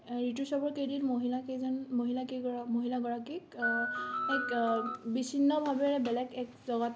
ঋতুস্ৰাৱৰ কেইদিন মহিলাকেইজন মহিলাকেইগৰা মহিলাগৰাকীক এক বিচিন্নভাৱেৰে বেলেগ এক জগত